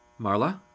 Marla